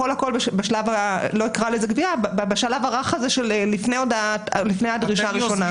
הכול בשלב הרך הזה של לפני הדרישה הראשונה.